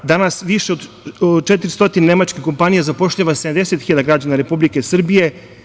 Danas više od 400 nemačkih kompanija zapošljava 70.000 građana Republike Srbije.